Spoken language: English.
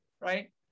right